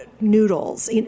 noodles